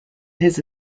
his